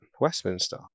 Westminster